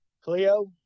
cleo